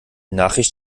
nachricht